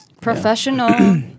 professional